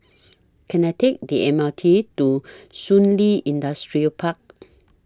Can I Take The M R T to Shun Li Industrial Park